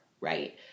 Right